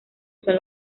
son